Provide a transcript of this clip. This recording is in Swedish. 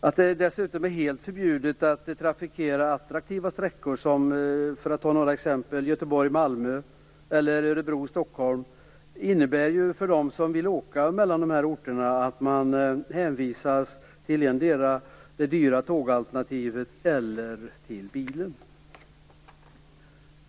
Att det dessutom är helt förbjudet att trafikera attraktiva sträckor som Göteborg-Malmö eller Örebro Stockholm innebär att de som vill åka mellan dessa orter hänvisas endera till det dyra tågalternativet eller till bilen.